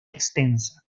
extensa